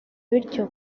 bityo